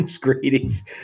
Greetings